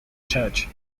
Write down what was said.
church